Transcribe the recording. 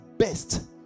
best